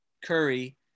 Curry